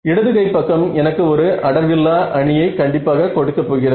இடது கை பக்கம் எனக்கு ஒரு அடர்வில்லா அணியை கண்டிப்பாக கொடுக்க போகிறது